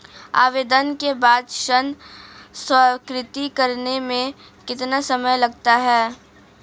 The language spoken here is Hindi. आवेदन के बाद ऋण स्वीकृत करने में कितना समय लगता है?